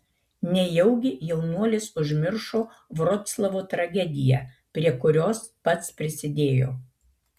nejaugi jaunuolis užmiršo vroclavo tragediją prie kurios pats prisidėjo